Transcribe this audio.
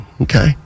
okay